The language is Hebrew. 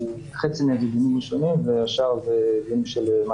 דיון מהותי